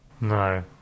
No